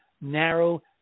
narrow